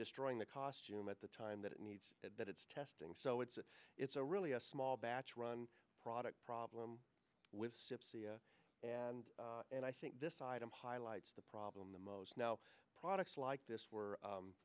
destroying the costume at the time that it needs it but it's testing so it's a it's a really a small batch run product problem with ships and and i think this item highlights the problem the most now products like this